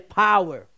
power